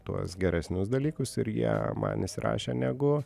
tuos geresnius dalykus ir jie man įsirašė negu